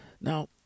Now